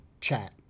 chat